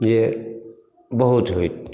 जे बहुत होइ